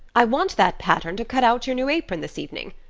i want that pattern to cut out your new apron this evening.